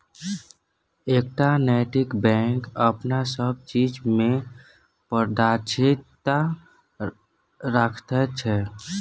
एकटा नैतिक बैंक अपन सब चीज मे पारदर्शिता राखैत छै